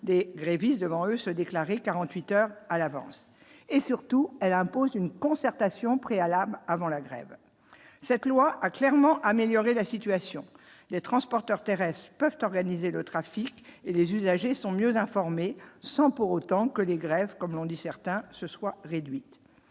des grévistes devant eux se déclarer 48 heures à l'avance et surtout elle impose une concertation préalable avant la grève, cette loi a clairement améliorer la situation, les transporteurs terrestres peuvent organiser le trafic et les usagers sont mieux informés, sans pour autant que les grèves, comme l'ont dit certains se soit réduite,